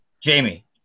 Jamie